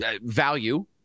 value